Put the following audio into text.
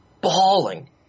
bawling